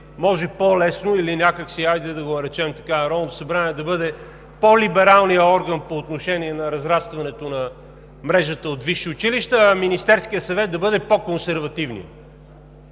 може по-лесно или някак си, хайде да го наречем така, Народното събрание да бъде по-либералният орган по отношение на разрастването на мрежата от висши училища, а Министерският съвет да бъде по-консервативният.